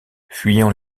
fuyant